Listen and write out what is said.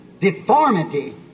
deformity